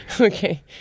Okay